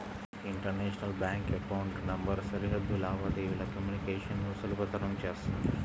international bank account number సరిహద్దు లావాదేవీల communication ను సులభతరం చేత్తుంది